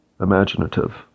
imaginative